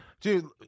Dude